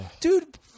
dude